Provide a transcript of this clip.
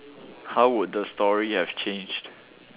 how would the story have changed